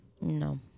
No